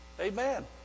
Amen